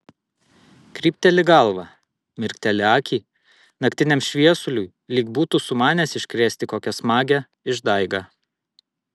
krypteli galvą mirkteli akį naktiniam šviesuliui lyg būtų sumanęs iškrėsti kokią smagią išdaigą